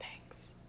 Thanks